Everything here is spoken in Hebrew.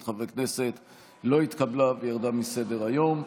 חברי הכנסת לא התקבלה וירדה מסדר-היום.